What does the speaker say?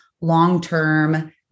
long-term